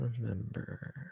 remember